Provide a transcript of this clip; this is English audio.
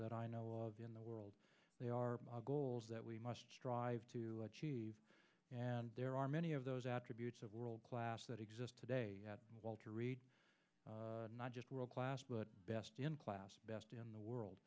that i know of in the world they are goals that we must strive to achieve and there are many of those attributes of world class that exist today at walter reed not just world class but best in class best in the world